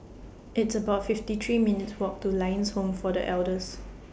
It's about fifty three minutes' Walk to Lions Home For The Elders